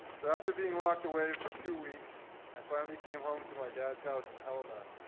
so after being locked away for two weeks i finally came home to my dad's house in helena.